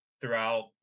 throughout